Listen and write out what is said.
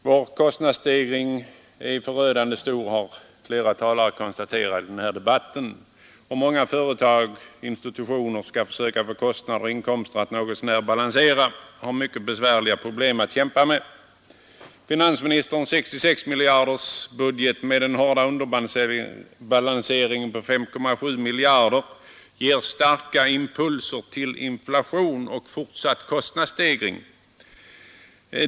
Herr talman! Som flera talare konstaterat i denna debatt är vår kostnadsstegring förödande stor. Många företag och institutioner som försöker att få kostnader och inkomster att balansera något så när har mycket besvärliga problem att brottas med. Finansministerns 66-miljardersbudget med den hårda underbalanseringen på 5,7 miljarder ger starka impulser till inflation och fortsatt kostnadsstegring.